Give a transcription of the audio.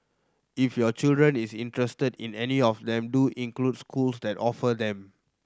if your children is interested in any of them do include schools that offer them